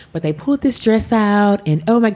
but they put this dress out in, oh, like